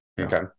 Okay